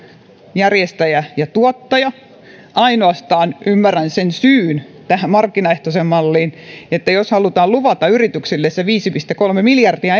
järjestäjä ja tuottaja ainoastaan ymmärrän sen syyn tähän markkinaehtoiseen mallin jos halutaan luvata yrityksille se viisi pilkku kolme miljardia